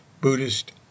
Buddhist